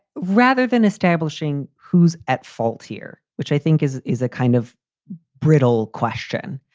rather than establishing who's at fault here, which i think is is a kind of brittle question.